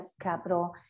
capital